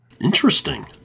interesting